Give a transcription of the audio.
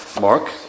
Mark